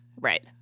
Right